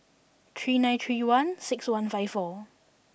three nine three one six one five four